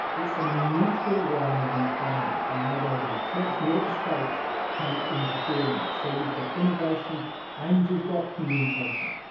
it's a neutral realm of inquiry, neither the church nor the state can interfere in it. so you've got innovation and you've got communication,